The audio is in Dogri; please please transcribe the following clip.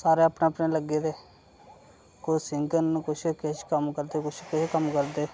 सारे अपने अपने लग्गे दे कोई सिंगर न कुछ किश कम्म करदे कोई किश कम्म करदे